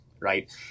right